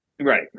Right